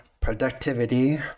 productivity